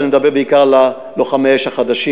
ואני מדבר בעיקר על לוחמי האש החדשים,